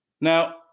Now